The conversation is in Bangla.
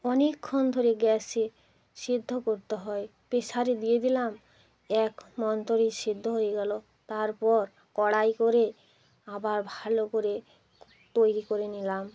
অনেকক্ষণ ধরে গ্যাসে সেদ্ধ করতে হয় প্রেশারে দিয়ে দিলাম এক মন্তরেই সেদ্ধ হয়ে গেলো তারপর কড়ায় করে আবার ভালো করে তৈরি করে নিলাম